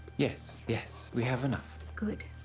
yes, yes, we have enough. good,